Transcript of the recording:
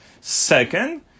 Second